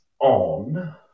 on